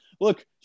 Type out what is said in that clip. look